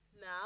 Now